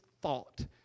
thought